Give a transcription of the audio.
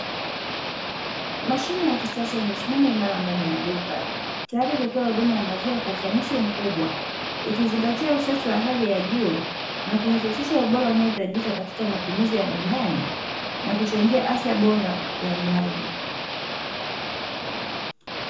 Mashine ya kisasa imesimama imara ndani ya duka tayari kutoa huduma ya maziwa kwa ufanisi mkubwa, ikizingatia usafi wa hali ya juu na kuhakikisha ubora unaohitajika katika matumizi ya nyumbani na ikizingatia afya ya mlaji.